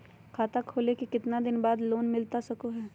खाता खोले के कितना दिन बाद लोन मिलता सको है?